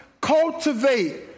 cultivate